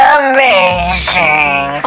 amazing